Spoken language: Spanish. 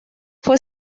fue